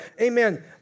Amen